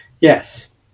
yes